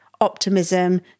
optimism